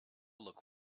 look